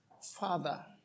Father